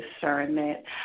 discernment